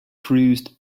cruised